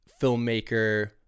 filmmaker